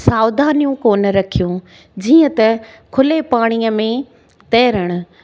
सावधानियूं कोन रखियूं जीअं त खुले पाणीअ में तैरणु